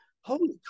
holy